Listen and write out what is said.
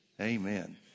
Amen